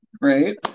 Right